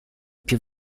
più